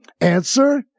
Answer